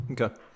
Okay